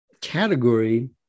category